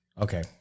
Okay